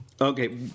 Okay